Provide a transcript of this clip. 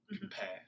compare